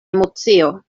emocio